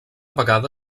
vegada